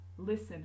Listen